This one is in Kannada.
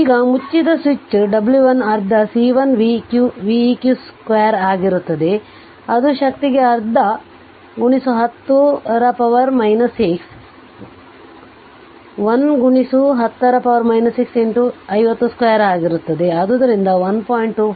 ಈಗ ಮುಚ್ಚಿದ ಸ್ವಿಚ್ w 1 ಅರ್ಧ C1 v eq 2 ಆಗಿರುತ್ತದೆ ಅದು ಶಕ್ತಿಗೆ ಅರ್ಧ 10 ರ ಪವರ್ 6 1 10 ರ ಪವರ್ 6 50 2 ಆಗಿರುತ್ತದೆ ಆದ್ದರಿಂದ 1